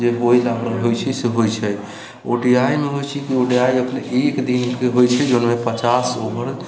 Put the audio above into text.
जे होय लागी होइत छै से होइत छै ओ डी आइमे होइत छै कि ओ डी आइ अपनेके एक दिनके होइत छै जाहिमे पचास ओवर